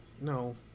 No